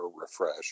refresh